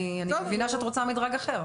אני מבינה שאת רוצה מדרג אחר.